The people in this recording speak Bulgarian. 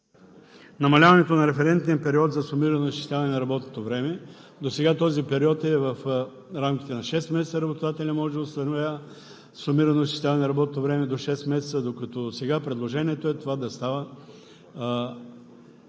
намаляването на референтния период за сумирано изчисляване на работното време. Досега този период е в рамките на шест месеца – работодателят може да установява сумирано изчисляване на работното време до шест месеца, докато сега предложението е това да става